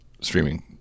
streaming